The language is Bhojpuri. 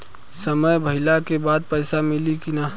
समय भइला के बाद पैसा मिली कि ना?